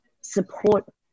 support